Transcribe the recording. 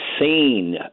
insane